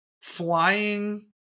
flying